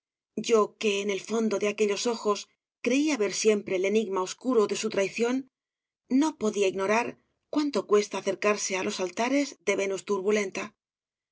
yo que en el fondo de aquellos ojos creía ver siempre el enigma oscuro de su traición no podía ignorar cuánto cuesta acercarse á los altares de venus turbulenta